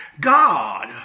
God